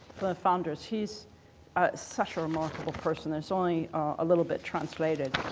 the founders. he's such a remarkable person. there's only a little bit translated.